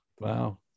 Wow